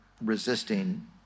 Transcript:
resisting